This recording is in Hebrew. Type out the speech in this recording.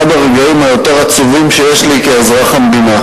הרגעים היותר עצובים שיש לי כאזרח המדינה,